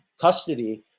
custody